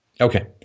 Okay